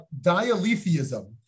dialetheism